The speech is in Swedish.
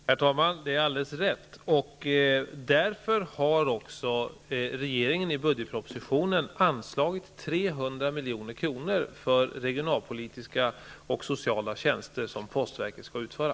Herr talman! Det är alldeles rätt, och därför har också regeringen i budgetpropositionen anslagit 300 milj.kr. för regionalpolitiska och sociala tjänster som postverket skall utföra.